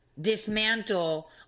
dismantle